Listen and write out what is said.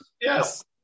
yes